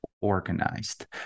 organized